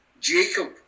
Jacob